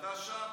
כשאתה שם,